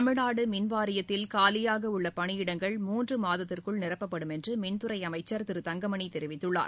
தமிழ்நாடு மின்வாரியத்தில் காலியாக உள்ள பணியிடங்கள் மூன்று மாதத்திற்குள் நிரப்பப்படும் என்று மின்துறை அமைச்சர் திரு தங்கமணி தெரிவித்துள்ளார்